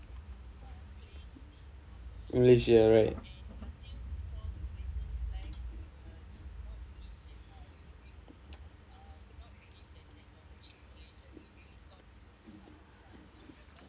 malaysia alright